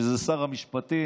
שזה שר המשפטים,